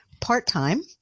part-time